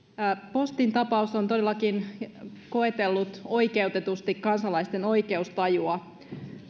postin tapaus on todellakin koetellut oikeutetusti kansalaisten oikeustajua